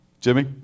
Jimmy